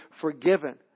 forgiven